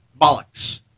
bollocks